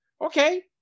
okay